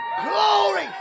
glory